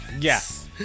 Yes